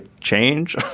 change